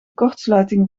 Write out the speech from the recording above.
kortsluiting